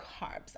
carbs